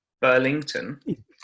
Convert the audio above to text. Burlington